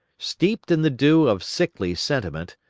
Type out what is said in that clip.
steeped in the dew of sickly sentiment,